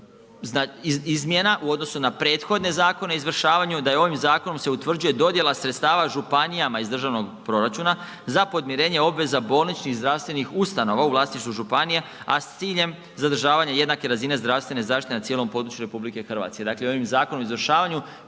izmjena u odnosu na prethodne zakone o izvršavanju da je ovim zakonom se utvrđuje dodjela sredstava županijama iz državnog proračuna za podmirenje obveza bolničkih zdravstvenih ustanova u vlasništvu županije, a s ciljem zadržavanja jednake razine zdravstvene zaštite na cijelom području RH. Dakle, ovim zakonom o izvršavanju